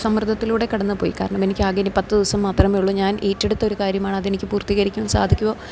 സമ്മർദ്ദത്തിലൂടെ കടന്നുപോയി കാരണമെനിക്കാകെയിനി പത്തു ദിവസം മാത്രേമേയുള്ളു ഞാൻ ഏറ്റെടുത്ത ഒരു കാര്യമാണ് അതെനിക്ക് പൂർത്തീകരിക്കാൻ സാധിക്കുമോ